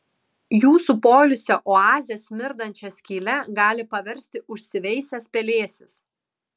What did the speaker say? jūsų poilsio oazę smirdančia skyle gali paversti užsiveisęs pelėsis